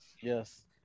Yes